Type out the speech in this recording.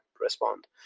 respond